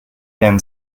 then